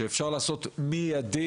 שאפשר לעשות מידי,